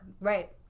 Right